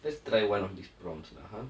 let's try one of these prompts lah ha